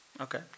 Okay